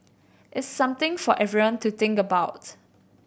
it's something for everyone to think about's